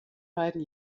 beiden